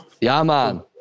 Yaman